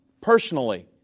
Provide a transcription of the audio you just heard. personally